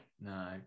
No